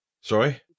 Sorry